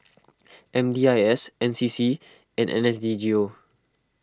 M D I S N C C and N S D G O